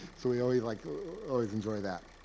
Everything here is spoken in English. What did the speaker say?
so we always like ah always enjoy that.